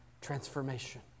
transformation